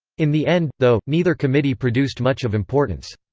in the end, though, neither committee produced much of importance.